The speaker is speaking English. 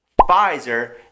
Pfizer